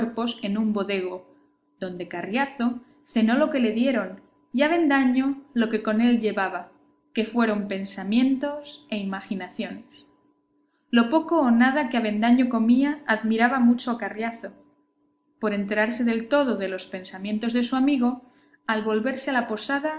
en un bodego donde carriazo cenó lo que le dieron y avendaño lo que con él llevaba que fueron pensamientos e imaginaciones lo poco o nada que avendaño comía admiraba mucho a carriazo por enterarse del todo de los pensamientos de su amigo al volverse a la posada